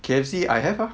K_F_C I have ah